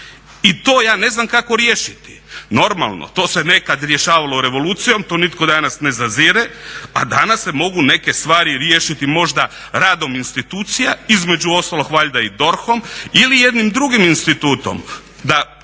I to ja ne znam kako riješiti. Normalno to se nekada rješavalo revolucijom, to nitko danas ne zazire a danas se mogu neke stvari riješiti možda radom institucija, između ostalog valjda i DORH-om ili jednim drugim institutom